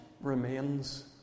remains